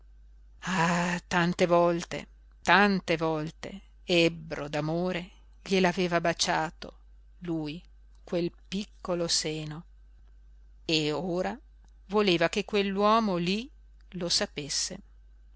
tante volte tante volte ebbro d'amore gliel'aveva baciato lui quel piccolo seno e ora voleva che quell'uomo lí lo sapesse